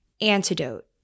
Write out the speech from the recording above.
antidote